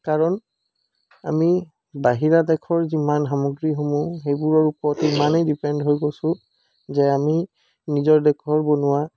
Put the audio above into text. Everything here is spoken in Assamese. কাৰণ আমি বাহিৰা দেশৰ যিমান সামগ্ৰীসমূহ সেইবোৰৰ ওপৰত ইমানেই ডিপেণ্ড হৈ গৈছোঁ যে আমি নিজৰ দেশৰ বনোৱা